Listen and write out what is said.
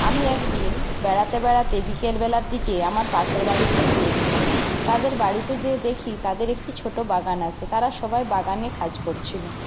আমি একদিন বেড়াতে বেড়াতে বিকেল বেলার দিকে আমার পাশের বাড়িতে গিয়েছিলাম তাদের বাড়িতে যেয়ে দেখি তাদের একটি ছোটো বাগান আছে তারা সবাই বাগানে কাজ করছিলো